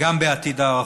גם בעתיד הרחוק.